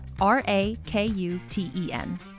R-A-K-U-T-E-N